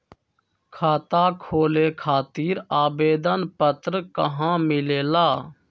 खाता खोले खातीर आवेदन पत्र कहा मिलेला?